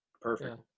Perfect